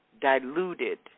diluted